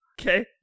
okay